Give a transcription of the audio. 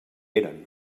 eren